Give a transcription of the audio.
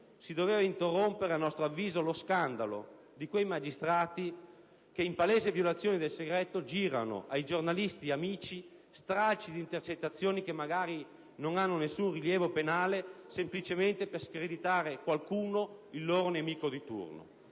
si doveva interrompere - a nostro avviso - lo scandalo di quei magistrati che, in palese violazione del segreto, girano ai giornalisti amici stralci di intercettazioni che magari non hanno alcun rilievo penale, semplicemente per screditare qualcuno, il loro nemico di turno.